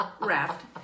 Raft